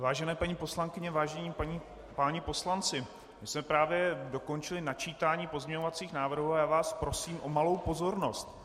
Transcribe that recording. Vážené paní poslankyně, vážení páni poslanci, my jsme právě dokončili načítání pozměňovacích návrhů a já vás prosím o malou pozornost.